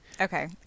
Okay